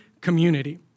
community